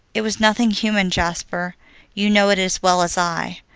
it was nothing human, jasper you know it as well as i.